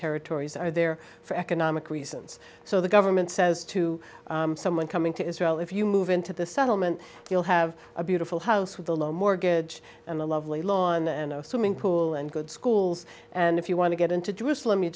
territories are there for economic reasons so the government says to someone coming to israel if you move into the settlement you'll have a beautiful house with a low mortgage and a lovely lawn and swimming pool and good schools and if you want to get into jerusalem you